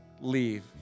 leave